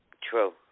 True